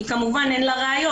כי כמובן אין לה ראיות.